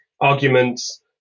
arguments